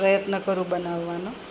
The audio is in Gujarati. પ્રયત્ન કરું બનાવવાનો